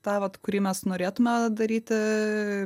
tą vat kurį mes norėtume daryti